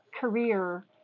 career